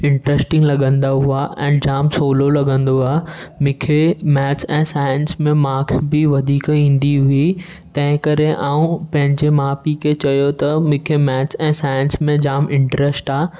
interesting लॻंदा हुआ ऐं जाम सहुलो लॻंदो हुआ मूंखे मैथ्स ऐं साइंस में माक्स बि वधीक ईंदी हूई तंहिं करे मां पंहिंजे माउ पीउ खे चयो त मूंखे मैथ्स ऐं साइंस में जाम इंट्र्स्ट आहे